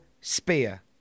Spear